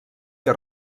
que